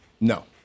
No